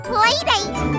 Playdate